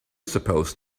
supposed